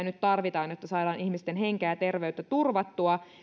nyt tarvitaan että saadaan ihmisten henkeä ja terveyttä turvattua